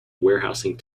warehousing